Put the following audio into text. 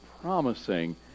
promising